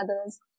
others